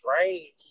strange